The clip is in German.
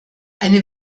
eine